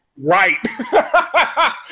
Right